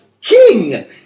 king